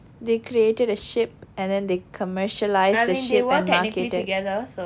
they created a ship and then they commercialized the ship and marketed